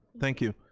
thank you.